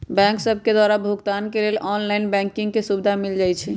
bank सभके द्वारा भुगतान के लेल ऑनलाइन बैंकिंग के सुभिधा देल जाइ छै